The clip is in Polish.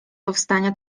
powstania